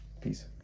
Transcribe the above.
peace